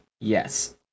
yes